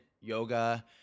yoga